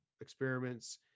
experiments